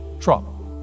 Trump